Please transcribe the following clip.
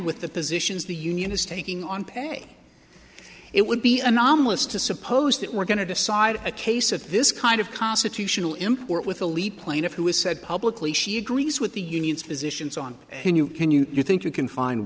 with the positions the union is taking on pay it would be anomalous to suppose that we're going to decide a case of this kind of constitutional import with a leap plaintiff who has said publicly she agrees with the union's positions on when you can you think you can find